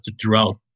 throughout